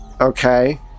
okay